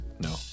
No